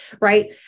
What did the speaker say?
right